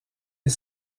est